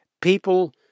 People